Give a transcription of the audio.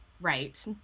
right